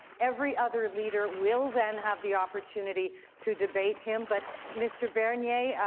every other leader will then have the opportunity to debate him, but mr. bernier,